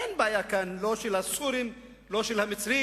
אין כאן בעיה לא של הסורים ולא של המצרים,